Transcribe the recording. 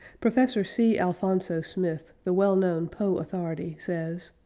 professor c. alphonso smith, the well-known poe authority, says,